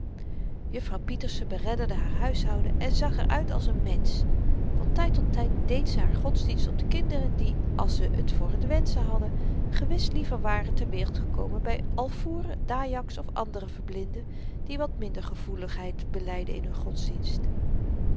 juffrouw pieterse beredderde haar huishouden en zag er uit als n mensch van tyd tot tyd deed ze haar godsdienst op de kinderen die als ze t voor t wenschen hadden gehad gewis liever waren ter wereld gekomen by alfoeren dajaks of andere verblinden die wat minder gevoeligheid belyden in hun godsdienst